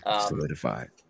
Solidified